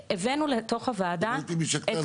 הבאנו לתוך הוועדה את כל --- שאלתי אם היא שגתה,